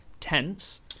tense